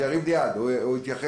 שירים יד או יתייחס.